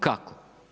Kako?